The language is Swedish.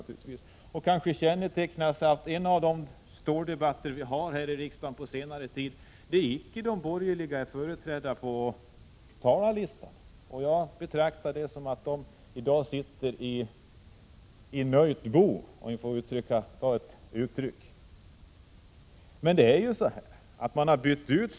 Typiskt för detta är kanske att de borgerliga inte är företrädda på talarlistan i denna debatt om stålindustrin, en av de debatter vi har haft på senare tid. Jag ser det som ett uttryck för att de sitter nöjda i sitt bo.